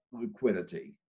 liquidity